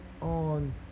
on